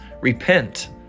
Repent